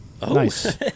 Nice